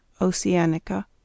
Oceanica